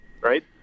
right